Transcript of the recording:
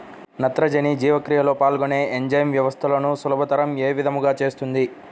నత్రజని జీవక్రియలో పాల్గొనే ఎంజైమ్ వ్యవస్థలను సులభతరం ఏ విధముగా చేస్తుంది?